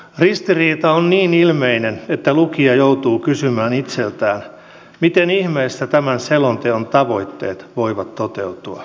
ristiriita on niin ilmeinen että lukija joutuu kysymään itseltään miten ihmeessä tämän selonteon tavoitteet voivat toteutua